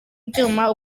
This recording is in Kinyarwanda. byuma